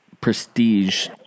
prestige